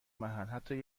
محل، حتی